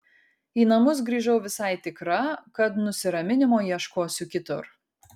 į namus grįžau visai tikra kad nusiraminimo ieškosiu kitur